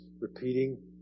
repeating